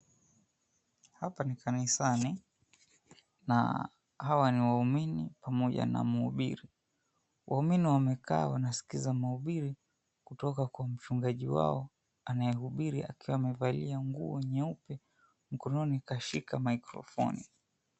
Hapa ni kanisani na hawa ni waumini pamoja na mhubiri. Waumini wamekaa wanasikiza mahubiri kutoka kwa chungaji wao anayehubiri akiwa amevalia nguo nyeupe, mkononi kashika maikrofoni.